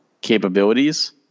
capabilities